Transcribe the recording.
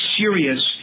serious